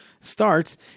starts